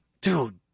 dude